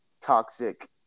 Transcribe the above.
toxic